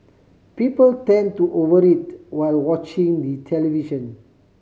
people tend to over eat while watching the television